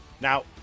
Now